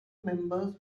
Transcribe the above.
members